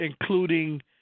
including